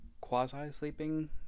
quasi-sleeping